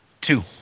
Two